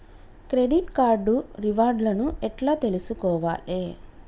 Credit card reward లను ఎట్ల తెలుసుకోవాలే?